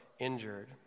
Injured